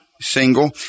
Single